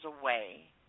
away